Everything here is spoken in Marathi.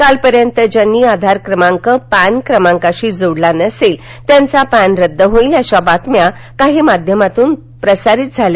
कालपर्यंत ज्यांनी आधार क्रमांक पॅन क्रमांकाशी जोडला नसेल त्यांचा पॅन रद्द होईल अशा बातम्या काही माध्यमांतून प्रसारित झाल्या